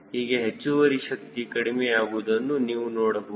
ಹೀಗೆ ಹೆಚ್ಚುವರಿ ಶಕ್ತಿ ಕಡಿಮೆಯಾಗುವುದನ್ನು ನೀವು ನೋಡಬಹುದು